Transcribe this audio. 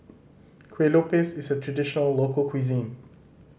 Kueh Lopes is a traditional local cuisine